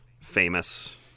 famous